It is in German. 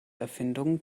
erfindung